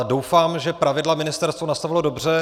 Doufám, že pravidla ministerstvo nastavilo dobře.